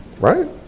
Right